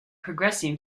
progressing